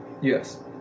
yes